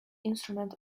instruments